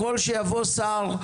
יכול שיבוא שר,